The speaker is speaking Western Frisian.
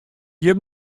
jim